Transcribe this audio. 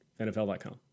NFL.com